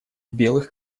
белых